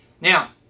Now